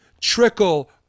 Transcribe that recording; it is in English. trickle